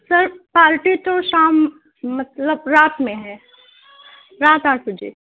سر party تو شام مطلب رات میں ہے رات آٹھ بجے